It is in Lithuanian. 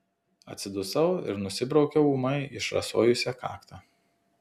atsidusau ir nusibraukiau ūmai išrasojusią kaktą